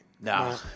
No